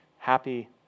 Happy